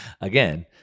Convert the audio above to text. Again